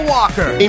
Walker